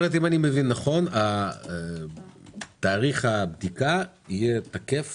כלומר תאריך הבדיקה יהיה תקף